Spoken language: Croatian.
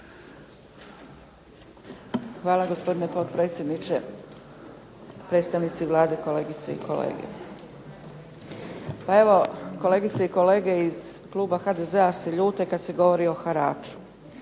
Hvala gospodine potpredsjedniče, predstavnici Vlade, kolegice i kolege. Pa evo kolegice i kolege iz kluba HDZ-a se ljute kad se govori o haraču,